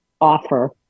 offer